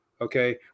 okay